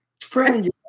Friend